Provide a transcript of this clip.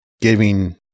giving